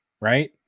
Right